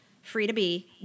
free-to-be